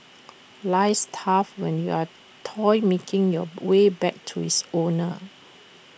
life's tough when you're A toy making your way back to is owner